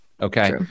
okay